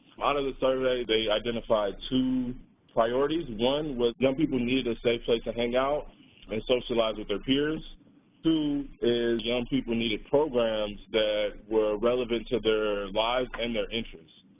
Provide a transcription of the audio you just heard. out of the survey, they identified two priorities one was, young people needed a safe place like to hang out and socialize with their peers two is, young people needed programs that were relevant to their lives and their interests.